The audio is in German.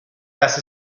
dass